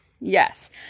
yes